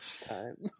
time